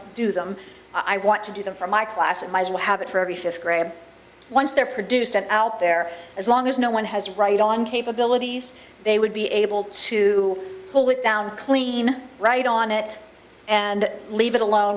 do them i want to do them for my class it will have it for every fifth grade once they're produced and out there as long as no one has right on capabilities they would be able to pull it down clean write on it and leave it alone